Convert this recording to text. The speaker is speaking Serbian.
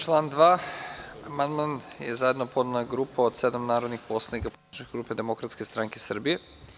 Na član 2. amandman je zajedno podnela grupa od sedam narodnih poslanika poslaničke grupe Demokratske stranke Srbije.